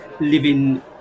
living